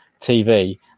tv